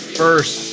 first